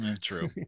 true